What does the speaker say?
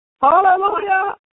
Hallelujah